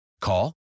Call